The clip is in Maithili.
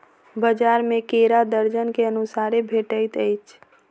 बजार में केरा दर्जन के अनुसारे भेटइत अछि